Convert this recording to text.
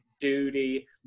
duty